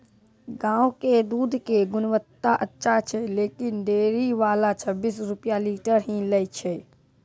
गांव के दूध के गुणवत्ता अच्छा छै लेकिन डेयरी वाला छब्बीस रुपिया लीटर ही लेय छै?